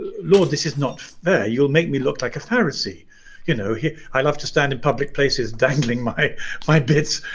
lord, this is not fair, you'll make me look like a pharisee you know here i love to stand in public places dangling my my bits